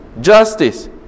justice